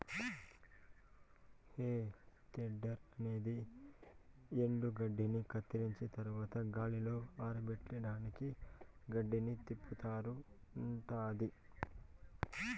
హే tedder అనేది ఎండుగడ్డిని కత్తిరించిన తరవాత గాలిలో ఆరపెట్టడానికి గడ్డిని తిప్పుతూ ఉంటాది